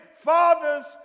father's